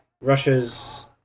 Russia's